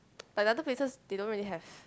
like the other places they don't really have